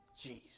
Jesus